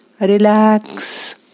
relax